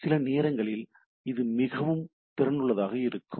சில நேரங்களில் இது மிகவும் திறனுள்ளதாக இருக்கும்